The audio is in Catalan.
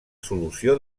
solució